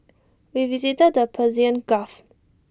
we visited the Persian gulf